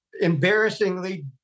embarrassingly